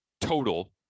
total